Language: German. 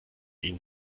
ihnen